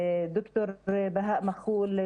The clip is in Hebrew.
ד"ר בהאא מחול,